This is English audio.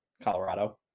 Colorado